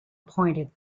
pointed